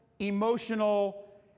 emotional